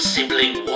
Sibling